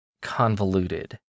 convoluted